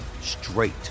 straight